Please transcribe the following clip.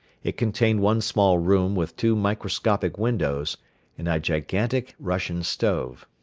it contained one small room with two microscopic windows and a gigantic russian stove.